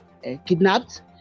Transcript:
kidnapped